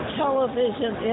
television